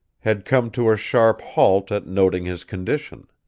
had come to a sharp halt at noting his condition.